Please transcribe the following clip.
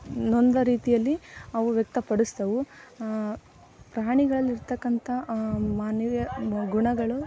ನೊಂದ ರೀತಿಯಲ್ಲಿ ಅವು ವ್ಯಕ್ತಪಡಿಸ್ತವೆ ಪ್ರಾಣಿಗಳಲ್ಲಿರ್ತಕ್ಕಂತ ಮಾನವೀಯ ಗುಣಗಳು